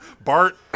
bart